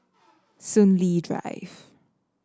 Soon Lee Drive